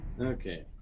Okay